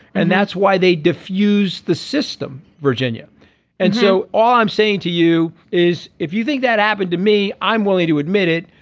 and that's why they diffused the system. virginia and so all i'm saying to you is if you think that happened to me i'm willing to admit it.